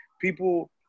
people